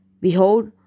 Behold